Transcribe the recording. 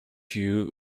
you